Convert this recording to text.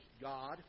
God